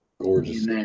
Gorgeous